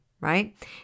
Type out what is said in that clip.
right